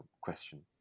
question